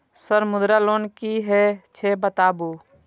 Sir Mudra loan की हे छे बताबू?